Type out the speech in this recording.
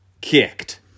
kicked